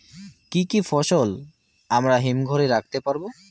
কি কি ফসল আমরা হিমঘর এ রাখতে পারব?